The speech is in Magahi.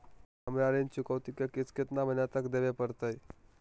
हमरा ऋण चुकौती के किस्त कितना महीना तक देवे पड़तई?